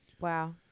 Wow